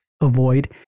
avoid